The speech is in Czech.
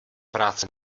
práce